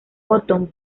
otón